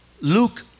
Luke